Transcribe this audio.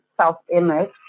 self-image